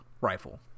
Rifle